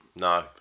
no